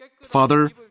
Father